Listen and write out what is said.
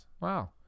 Wow